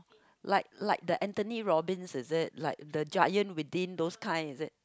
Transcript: like like the Anthony -obbins is it like the giant within those kind is it